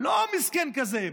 לא מסכן כזה.